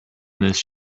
this